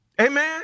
Amen